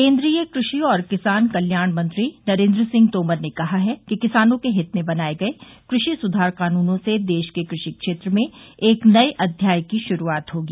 केन्द्रीय कृषि और किसान कल्याण मंत्री नरेंद्र सिंह तोमर ने कहा है कि किसानों के हित में बनाये गए कृषि सुधार कानूनों से देश के कृषि क्षेत्र में एक नए अध्याय की शुरूआत होगी